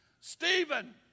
Stephen